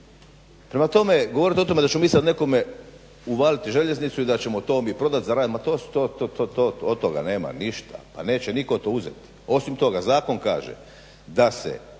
Prema tome, govorit o tome da ćemo mi sad nekome uvalit željeznicu i da ćemo to mi prodat, zaradit. Ma to, to, od tog nema ništa. Pa neće nitko to uzet! Osim toga, zakon kaže da se